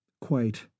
Quite